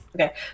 Okay